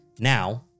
Now